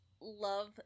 love